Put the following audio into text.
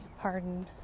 pardon